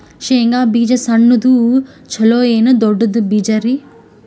ಶೇಂಗಾ ಬೀಜ ಸಣ್ಣದು ಚಲೋ ಏನ್ ದೊಡ್ಡ ಬೀಜರಿ?